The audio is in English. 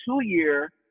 two-year